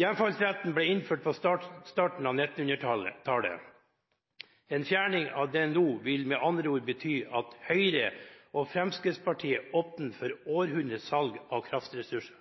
Hjemfallsretten ble innført på starten av 1900-tallet. En fjerning av den nå vil med andre ord bety at Høyre og Fremskrittspartiet åpner for århundrets salg av kraftressurser.